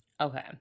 Okay